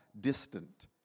distant